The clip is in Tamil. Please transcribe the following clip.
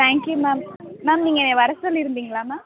தேங்க் யூ மேம் மேம் நீங்கள் என்னயை வர சொல்லிருந்திங்களா மேம்